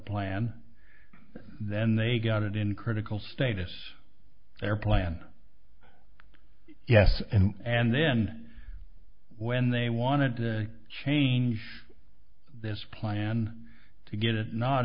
plan then they got it in critical status their plan yes and and then when they wanted to change this plan to get it not